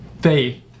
faith